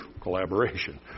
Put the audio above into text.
Collaboration